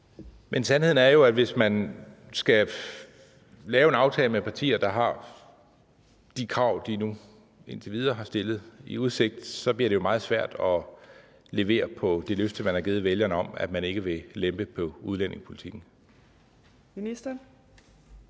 Men sandheden er jo, at hvis man skal lave en aftale med partier, der har de krav, de nu indtil videre har stillet i udsigt, så bliver det jo meget svært at levere på det løfte, man har givet vælgerne, om, at man ikke vil lempe på udlændingepolitikken.